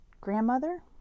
Grandmother